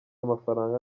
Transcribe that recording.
amafaranga